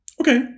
Okay